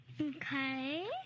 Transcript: Okay